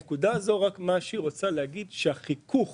הנקודה הזאת רוצה להגיד שהחיכוך